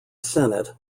senate